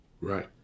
right